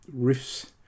riffs